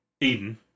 Eden